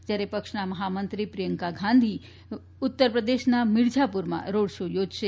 જ્યારે પક્ષના મહામંત્રી પ્રિયંકા ગાંધી વાડરા ઉત્તર પ્રદેશના મીરઝાપુરમાં રોડ શો યોજશે